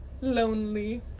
Lonely